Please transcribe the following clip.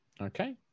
okay